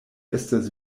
estas